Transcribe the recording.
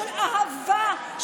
של אהבה,